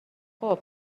خوب